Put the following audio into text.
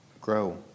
grow